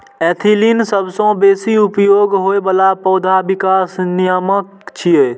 ethylene सबसं बेसी उपयोग होइ बला पौधा विकास नियामक छियै